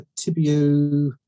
tibio